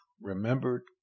remembered